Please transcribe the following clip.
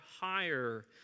higher